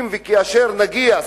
אם וכאשר נגיע,